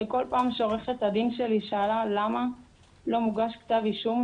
וכל פעם שעורכת הדין שלי שאלה למה לא מוגש כתב אישום,